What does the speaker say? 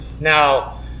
Now